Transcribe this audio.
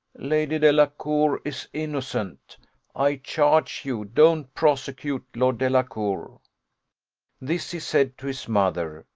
lady delacour is innocent i charge you, don't prosecute lord delacour this he said to his mother,